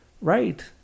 right